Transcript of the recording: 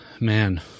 Man